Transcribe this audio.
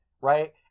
right